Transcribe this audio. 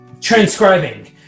transcribing